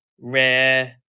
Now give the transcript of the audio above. rare